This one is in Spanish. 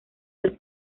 del